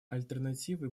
альтернативой